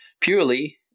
purely